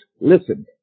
listen